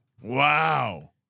Wow